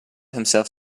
himself